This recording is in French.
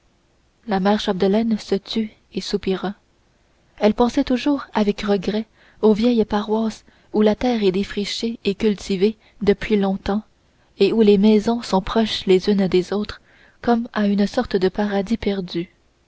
la mère chapdelaine se tut et soupira elle pensait toujours avec regret aux vieilles paroisses où la terre est défrichée et cultivée depuis longtemps et où les maisons sont proches les unes des autres comme à une sorte de paradis perdu